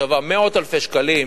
שווה מאות אלפי שקלים.